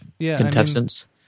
contestants